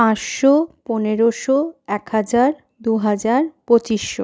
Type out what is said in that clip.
পাঁচশো পনেরোশো এক হাজার দু হাজার পঁচিশশো